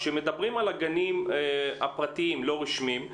כשמדברים על הגנים הפרטיים הלא רשמיים,